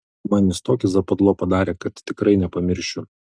man jis tokį zapadlo padarė kad tikrai nepamiršiu